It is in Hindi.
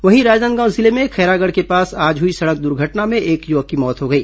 वहीं राजनांदगांव जिले में खैरागढ़ के पास आज हुई सड़क दुर्घटना में एक युवक की मौत हो गई